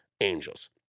angels